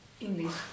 English